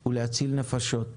הוא להציל נפשות.